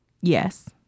Yes